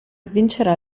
vincerà